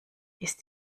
ist